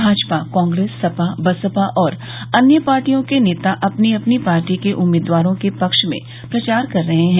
भाजपा कांग्रेस सपा बसपा और अन्य पार्टियों के नेता अपनी अपनी पार्टी के उम्मीदवारों के पक्ष में प्रचार कर रहे हैं